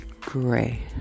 gray